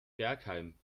bergheim